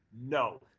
no